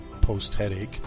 post-headache